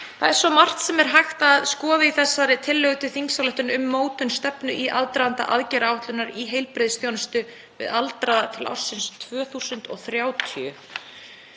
Það er svo margt sem er hægt að skoða í þessari tillögu til þingsályktunar um mótun stefnu í aðdraganda aðgerðaáætlunar í heilbrigðisþjónustu við aldraða til ársins 2030